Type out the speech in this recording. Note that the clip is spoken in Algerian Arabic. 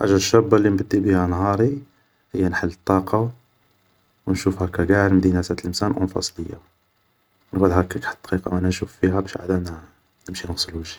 حاجة الشابة اللي نبدي بيها نهاري, هي نحل الطاقة و نشوف هاكا قاع لمدينة تاع تلمسان اونفاص ليا, و نقعد هاكك حا الدقيقة و انا نشوف فيها باش عادا نا نمشي نغسل وجهي